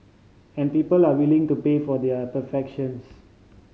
and people are willing to pay for there are perfections